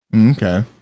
Okay